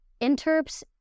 interps